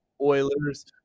Oilers